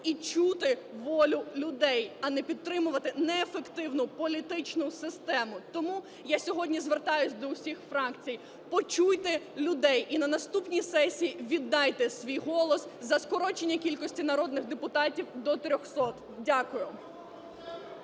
і чути волю людей, а не підтримувати неефективну політичну систему. Тому я сьогодні звертаюсь до усіх фракцій: почуйте людей і на наступній сесії віддайте свій голос за скорочення кількості народних депутатів до 300. Дякую.